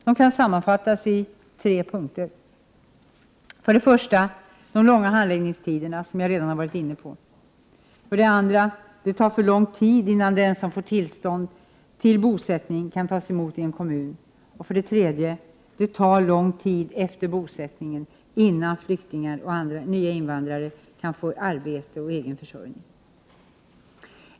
De kan sammanfattas i tre punkter: För det första: de långa handläggningstiderna, som jag redan varit inne på. För det andra: det tar alltför lång tid innan den som fått tillstånd till bosättning kan tas emot i en kommun. För det tredje: det tar lång tid efter bosättningen innan flyktingar och nya invandrare kan få arbete och egen försörjning.